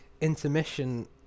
intermission